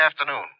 afternoon